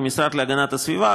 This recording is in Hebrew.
כמשרד להגנת הסביבה,